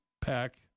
pack